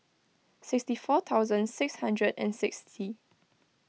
sixty four thousand six hundred and sixty